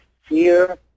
fear